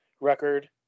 record